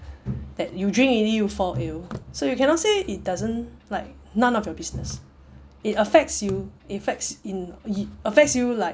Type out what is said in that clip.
that you drink already you fall ill so you cannot say it doesn't like none of your business it affects you it affects in it affects you like